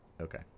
okay